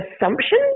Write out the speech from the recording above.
assumption